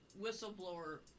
whistleblower